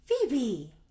Phoebe